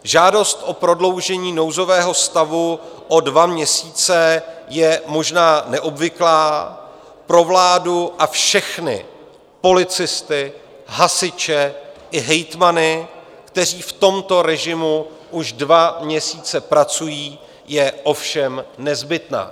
Žádost o prodloužení nouzového stavu o dva měsíce je možná neobvyklá, pro vládu a všechny, policisty, hasiče i hejtmany, kteří v tomto režimu už dva měsíce pracují, je ovšem nezbytná.